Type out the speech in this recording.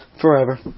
forever